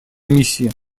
миссии